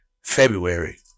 February